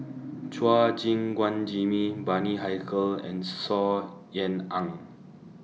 Chua Gim Guan Jimmy Bani Haykal and Saw Ean Ang